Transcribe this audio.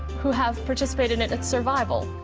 who have participated in its survival,